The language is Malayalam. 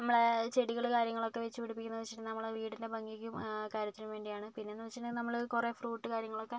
നമ്മുടെ ചെടികള് കാര്യങ്ങളൊക്കെ വെച്ച് പിടിപ്പിക്കുന്നത് വെച്ച് കഴിഞ്ഞാൽ നമ്മള് വീടിൻ്റെ ഭംഗിക്കും കാര്യത്തിനും വേണ്ടിയാണ് പിന്നെന്ന് വെച്ചിട്ടുണ്ടെങ്കിൽ നമ്മള് കുറെ ഫ്രൂട്ട് കാര്യങ്ങളൊക്കെ